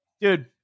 dude